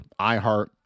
iHeart